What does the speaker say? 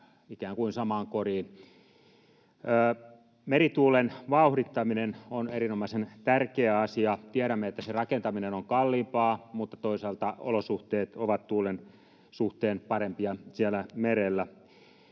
Merituulen vauhdittaminen on erinomaisen tärkeä asia. Tiedämme, että sen rakentaminen on kalliimpaa, mutta toisaalta olosuhteet ovat tuulen suhteen parempia siellä